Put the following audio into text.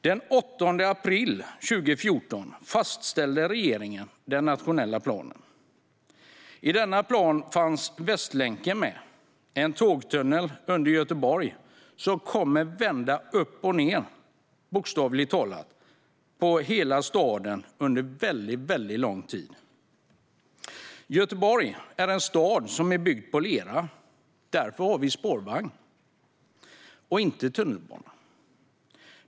Den 8 april 2014 fastställde regeringen den nationella planen. I denna plan fanns Västlänken med, en tågtunnel under Göteborg som kommer att vända upp och ned, bokstavligt talat, på hela staden under mycket lång tid. Göteborg är en stad som är byggd på lera. Därför har vi spårvagn och inte tunnelbana.